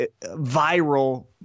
viral